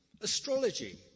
astrology